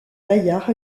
bayard